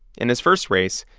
in his first race,